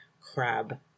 crab